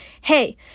hey